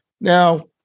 Now